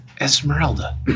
Esmeralda